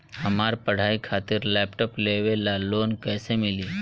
हमार पढ़ाई खातिर लैपटाप लेवे ला लोन कैसे मिली?